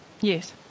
Yes